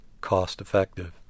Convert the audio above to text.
cost-effective